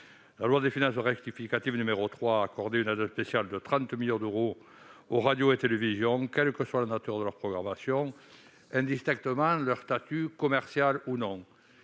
loi de finances rectificative a accordé une aide spéciale de 30 millions d'euros aux radios et télévisions, quelle que soit la nature de leur programmation et indistinctement de leur statut, commercial ou non.